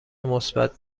مثبت